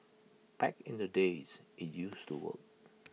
back in the days IT used to work